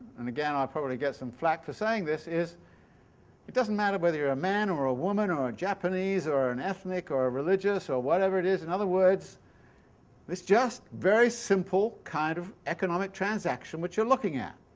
and again i'll probably get some flack for saying this, is it doesn't matter whether you're a man or a woman or a japanese or an ethnic or a religious or whatever it is, in other words this just very simple kind of economic transaction which you are looking at.